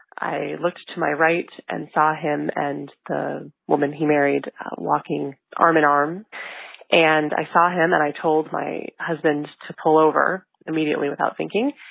i looked to my right and saw him and the woman he married walking arm in arm and i saw him, and i told my husband to pull over immediately without thinking.